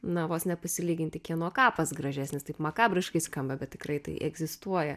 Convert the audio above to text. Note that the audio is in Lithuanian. na vos nepasilyginti kieno kapas gražesnis taip makabriškai skamba bet tikrai tai egzistuoja